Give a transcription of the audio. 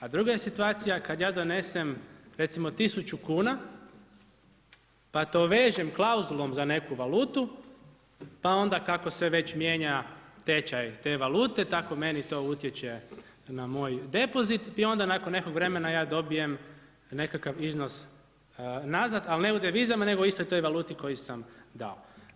A druga je situacija kad ja donesem recimo 1000 kuna pa to vežem klauzulom za neku valutu pa onda kako se već mijenja tečaj te valute, tako meni to utječe na moj depozit i onda nakon nekog vremena ja dobijem nekakav iznos nazad ali ne u devizama nego u istoj toj valuti koju sam dao.